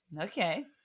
Okay